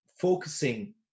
focusing